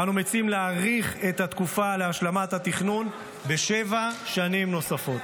אנו מציעים להאריך את התקופה להשלמת התכנון בשבע שנים נוספות.